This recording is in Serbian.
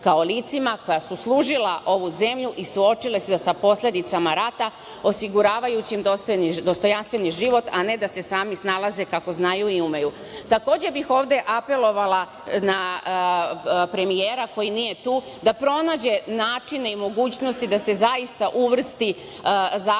kao licima koja su služila ovu zemlju i suočila se sa posledicama rata, osiguravajući im dostojanstven život, a ne da se sami snalaze kako znaju i umeju. Takođe, bih ovde apelovala na premijera, koji nije tu, da pronađe načine i mogućnosti da se zaista uvrsti